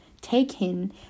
taken